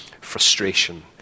frustration